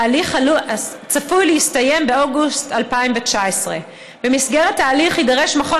ההליך צפוי להסתיים באוגוסט 2019. במסגרת ההליך יידרש מכון